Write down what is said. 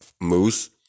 Moose